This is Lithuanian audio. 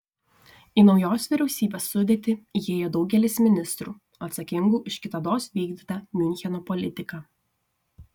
į naujos vyriausybės sudėtį įėjo daugelis ministrų atsakingų už kitados vykdytą miuncheno politiką